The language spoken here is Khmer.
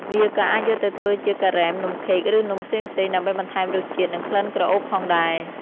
វាក៏អាចយកទៅធ្វើជា ការ៉េម នំខេក ឬនំផ្សេងៗ ដើម្បីបន្ថែមរសជាតិ និងក្លិនក្រអូបផងដែរ។